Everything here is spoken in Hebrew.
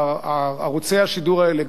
שערוצי השידור האלה,